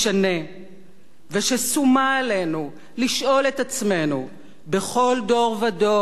וששומה עלינו לשאול את עצמנו בכל דור ודור ובכל שעה